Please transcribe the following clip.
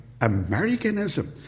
Americanism